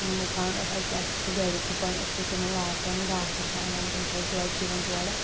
مُقا ہیٚکہِ اسہِ چھِ گرِ گُپن أسۍ چھِ تمن واتان گاسہِ چھِ انان تِم چھِ اسہِ دۄد دِوان تورٕ